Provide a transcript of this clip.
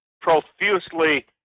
profusely